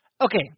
Okay